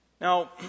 Now